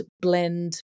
blend